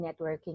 networking